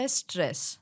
stress